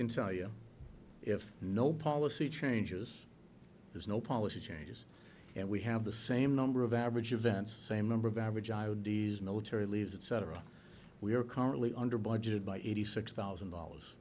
can tell you if no policy changes there's no policy changes and we have the same number of average events same number of average joe d's military leaves it cetera we are currently under budget by eighty six thousand dollars